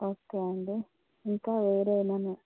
okay అండి ఇంకా వేరే ఏమన్న